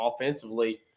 offensively